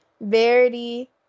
Verity